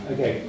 Okay